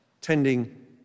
tending